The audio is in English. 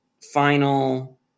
final